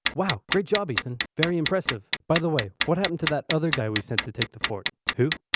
wow, great job ethan, very impressive. by the way. what happened to that other guy we sent to take the fort? who?